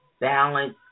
balance